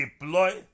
deploy